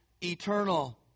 eternal